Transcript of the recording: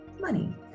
money